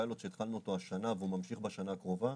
זה פיילוט שהתחלנו אותו השנה והוא ממשיך בשנה הקרובה,